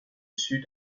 sud